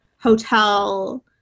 hotel